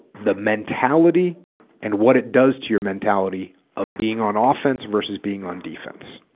the mentality and what it does to your mentality of being on ah offense versus being on defense